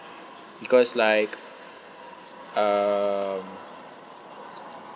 because like um